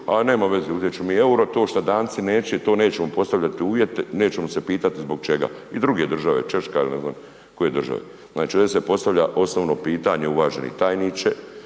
a nema veze, uzet ćemo mi euro, to šta Danci neće, to nećemo postavljati uvjete, nećemo se pitati zbog čega. I druge države Češka, ili ne znam koje države. Znači ovdje se postavlja osnovno pitanje uvaženi tajniče,